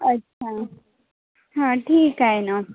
अच्छा हां ठीक आहे ना